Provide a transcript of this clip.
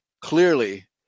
clearly